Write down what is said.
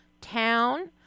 town